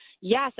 yes